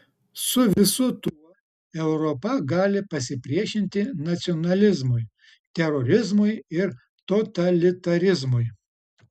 su visu tuo europa gali pasipriešinti nacionalizmui terorizmui ir totalitarizmui